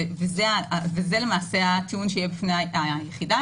וזה למעשה הטיעון שיהיה בפני היחידה.